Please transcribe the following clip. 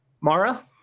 Mara